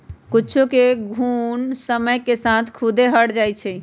कुछेक घुण समय के साथ खुद्दे हट जाई छई